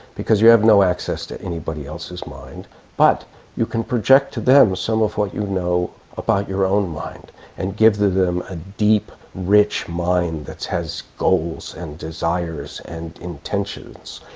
because you have no access to anybody else's mind but you can project to them some of what you know about your own mind and give to them a deep, rich mind that has goals and desires and intentions.